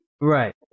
Right